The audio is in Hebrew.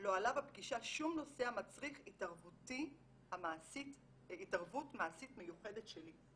לא עלה בפגישה שום נושא המצריך התערבות מעשית מיוחדת שלי,